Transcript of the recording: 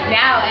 now